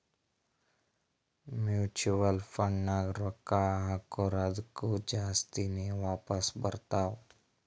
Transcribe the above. mutual ಫಂಡ್ನಾಗ್ ರೊಕ್ಕಾ ಹಾಕುರ್ ಅದ್ದುಕ ಜಾಸ್ತಿನೇ ವಾಪಾಸ್ ಬರ್ತಾವ್